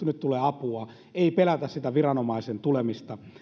nyt tulee apua ei pelätä sitä viranomaisen tulemista